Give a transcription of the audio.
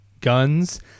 guns